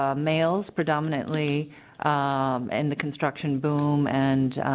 ah mails predominately and the construction boom and